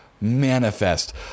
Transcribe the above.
manifest